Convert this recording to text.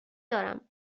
دارم